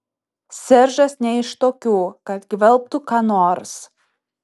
seržas ne iš tokių kad gvelbtų ką nors